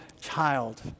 child